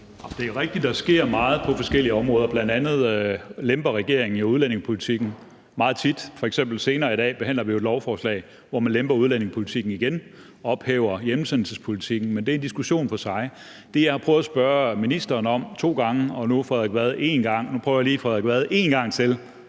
(DD): Det er rigtigt, at der sker meget på forskellige områder, bl.a. lemper regeringen jo udlændingepolitikken meget tit. Senere i dag behandler vi jo f.eks. et lovforslag, hvor man lemper udlændingepolitikken igen og ophæver hjemsendelsespolitikken, men det er en diskussion for sig. Det, jeg har prøvet at spørge ministeren om to gange og nu hr. Frederik Vad én gang – og nu prøver jeg lige at spørge hr. Frederik Vad én gang til,